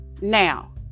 Now